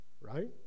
right